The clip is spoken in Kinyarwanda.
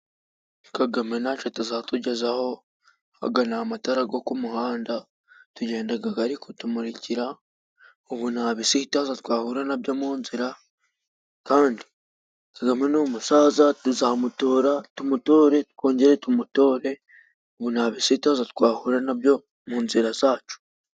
Kagame nta co atazatugezaho, aga n'amatara go ku muhanda. Tugendaga gari kutumurikira, ubu nta bisitaza twahura nabyo mu nzira. Kandi Kagame ni umusaza tuzamutora, tumutore, twongere tumutore. Ubu nta bisitaza twahura nabyo mu nzira zacu.